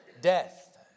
death